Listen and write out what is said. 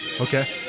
Okay